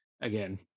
again